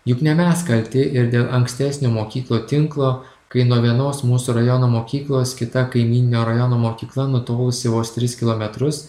juk ne mes kalti ir dėl ankstesnio mokyklų tinklo kai nuo vienos mūsų rajono mokyklos kita kaimyninio rajono mokykla nutolusi vos tris kilometrus